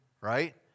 right